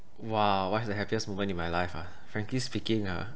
!wow! what's the happiest moment in my life ah frankly speaking ah